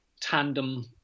tandem